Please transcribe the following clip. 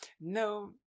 no